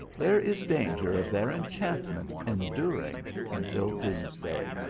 there is danger of their enchantment enduring until doomsday.